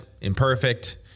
imperfect